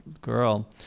girl